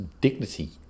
dignity